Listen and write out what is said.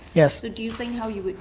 yeah so do you think how you